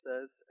says